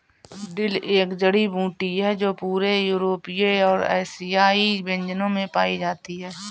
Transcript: dill एक जड़ी बूटी है जो पूरे यूरोपीय और एशियाई व्यंजनों में पाई जाती है